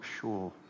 sure